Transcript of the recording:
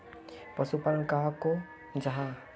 पशुपालन कहाक को जाहा?